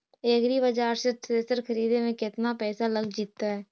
एग्रिबाजार से थ्रेसर खरिदे में केतना पैसा लग जितै?